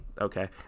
okay